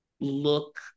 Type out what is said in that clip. look